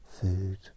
Food